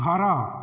ଘର